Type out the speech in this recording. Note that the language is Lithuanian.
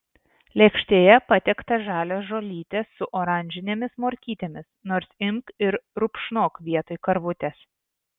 lėkštėje patiekta žalios žolytės su oranžinėmis morkytėmis nors imk ir rupšnok vietoj karvutės